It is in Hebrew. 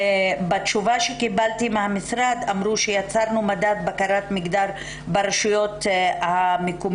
בתשובה שקיבלתי מן המשרד אמרו: "יצרנו מדד בקרת מגדר ברשויות המקומיות".